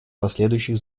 последующих